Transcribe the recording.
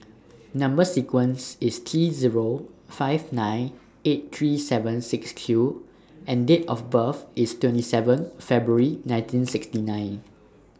Number sequence IS T Zero five nine eight three seven six Q and Date of birth IS twenty seven February nineteen sixty nine